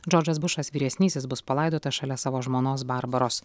džordžas bušas vyresnysis bus palaidotas šalia savo žmonos barbaros